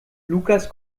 lukas